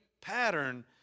pattern